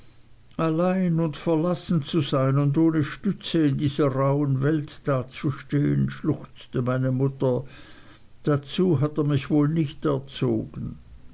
allein und verlassen zu sein und ohne stütze in dieser rauhen welt dazustehen schluchzte meine mutter dazu hat er mich wohl nicht erzogen